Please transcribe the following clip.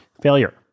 failure